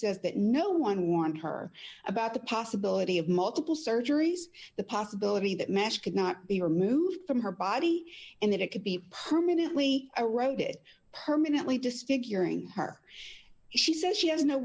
says that no one warned her about the possibility of multiple surgeries the possibility that mesh could not be removed from her body and that it could be permanently eroded permanently disfiguring her she says she has no